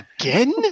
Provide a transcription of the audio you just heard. Again